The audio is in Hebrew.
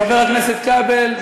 חבר הכנסת כבל,